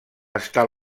està